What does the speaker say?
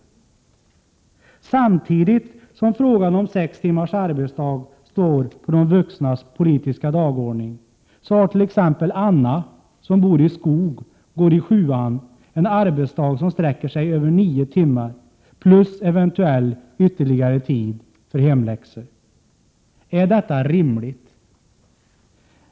19 maj 1988 Samtidigt som frågan om sex timmars arbetsdag står på de vuxnas politiska dagordning har t.ex. Anna som bor i Skog och går i sjuan en arbetsdag som sträcker sig över nio timmar plus eventuell ytterligare tid för hemläxor. Är detta rimligt?